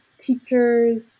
teachers